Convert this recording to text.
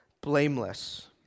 blameless